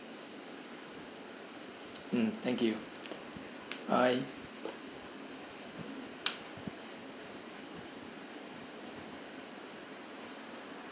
mm thank you bye